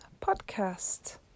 Podcast